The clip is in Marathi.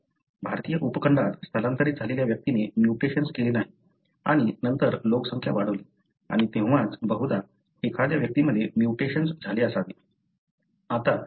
भारतीय उपखंडात स्थलांतरित झालेल्या व्यक्तीने म्युटेशन केले नाही आणि नंतर लोकसंख्या वाढली आणि तेव्हाच बहुधा एखाद्या व्यक्तीमध्ये म्युटेशन झाले असावे